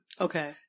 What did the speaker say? Okay